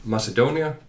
Macedonia